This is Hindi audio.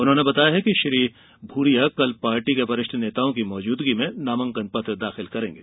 उन्होंने बताया कि श्री भूरिया कल पार्टी के वरिष्ठ नेताओं की मौजूदगी में नामांकन पत्र दाखिल करेंगे